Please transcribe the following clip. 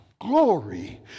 glory